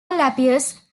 appears